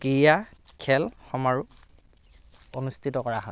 ক্ৰীড়া খেল সমাৰোহ অনুষ্ঠিত কৰা হয়